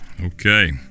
Okay